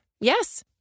Yes